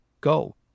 go